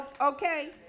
Okay